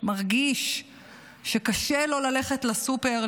מרגיש שקשה לו ללכת לסופר,